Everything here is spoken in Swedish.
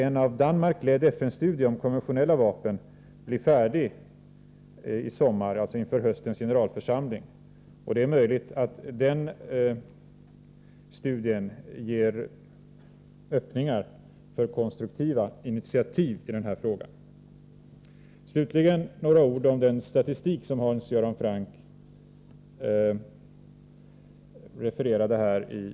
En av Danmark ledd FN-studie om konventionella vapen blir färdig i sommar, alltså inför höstens generalförsamling. Det är möjligt att den studien ger öppningar för konstruktiva initiativ i denna fråga. Slutligen några ord om den statistik som Hans Göran Franck refererade i sitt inlägg.